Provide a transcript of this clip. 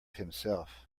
himself